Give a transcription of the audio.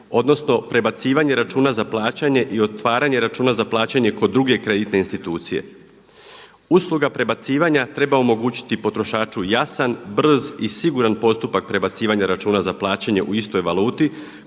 odnosno prebacivanje računa za plaćanje i otvaranje računa za plaćanje kod druge kreditne institucije. Usluga prebacivanja treba omogućiti potrošaču jasan, brz i siguran postupak prebacivanja računa za plaćanje u istoj valuti